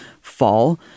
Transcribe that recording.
fall